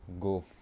go